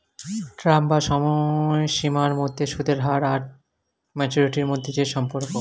term বা সময়সীমার মধ্যে সুদের হার আর ম্যাচুরিটি মধ্যে যে সম্পর্ক